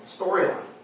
Storyline